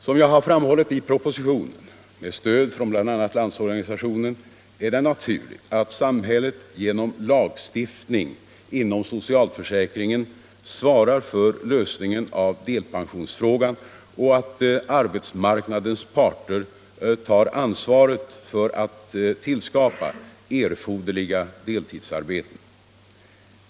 Som jag har framhållit i propositionen med stöd från bl.a. LO är det naturligt att samhället genom lagstiftning inom socialförsäkringen svarar för lösningen av delpensionsfrågan och att arbetsmarknadens parter tar ansvaret för att tillskapa erforderliga deltidsarbeten.